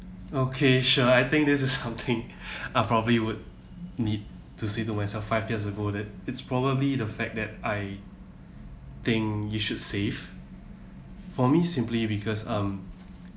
okay sure I think this is something I probably would need to say to myself five years ago that it's probably the fact that I think you should save for me simply because um